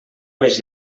més